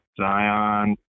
Zion